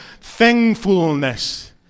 Thankfulness